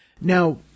now